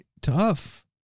tough